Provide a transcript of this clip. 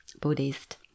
Buddhist